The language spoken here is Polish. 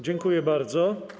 Dziękuję bardzo.